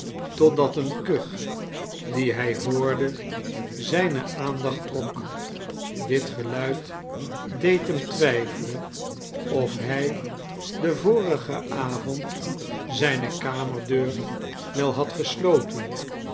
totdat een kuch dien hij hoorde zijne aandacht trok dit geluid deed hem twijfelen of hij den vorigen avond zijne kamerdeur wel had gesloten